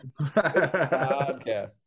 Podcast